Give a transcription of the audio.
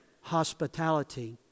hospitality